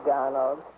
Donald